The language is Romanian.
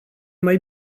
mai